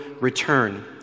return